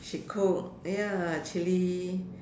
she cook ya chilli